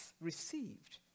received